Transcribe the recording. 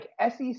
SEC